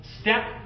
Step